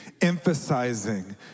emphasizing